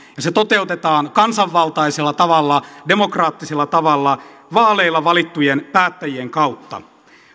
se toteutetaan kansanvaltaisella tavalla demokraattisella tavalla vaaleilla valittujen päättäjien kautta